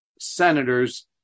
senators